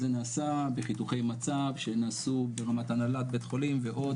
זה נעשה בחיתוכי מצב שנעשו ברמת הנהלת בית החולים ועוד,